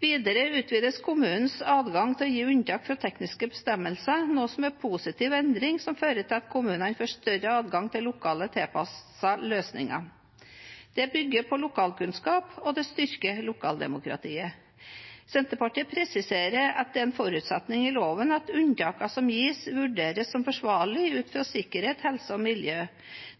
Videre utvides kommunens adgang til å gi unntak for tekniske bestemmelser, noe som er en positiv endring som fører til at kommunene får større adgang til lokalt tilpassede løsninger. Det bygger på lokalkunnskap og det styrker lokaldemokratiet. Senterpartiet presiserer at det er en forutsetning i loven at unntakene som gis, vurderes som forsvarlig ut fra sikkerhet, helse og miljø.